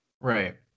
Right